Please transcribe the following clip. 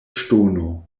ŝtono